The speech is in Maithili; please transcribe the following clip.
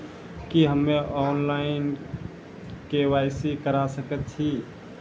की हम्मे ऑनलाइन, के.वाई.सी करा सकैत छी?